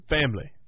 Family